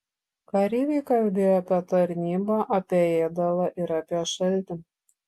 kareiviai kalbėjo apie tarnybą apie ėdalą ir apie šaltį